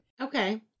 Okay